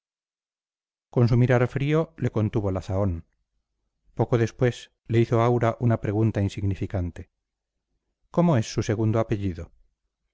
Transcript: mirar frío le contuvo la zahón poco después le hizo aura una pregunta insignificante cómo es su segundo apellido